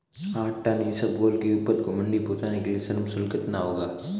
आठ टन इसबगोल की उपज को मंडी पहुंचाने के लिए श्रम शुल्क कितना होगा?